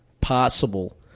possible